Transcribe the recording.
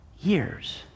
years